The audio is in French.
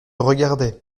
regardaient